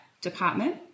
department